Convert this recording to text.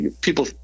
people